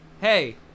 hey